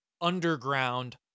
Underground